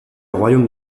royaume